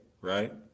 right